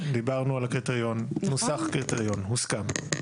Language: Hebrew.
דיברנו על הקריטריון, נוסח קריטריון, הוסכם.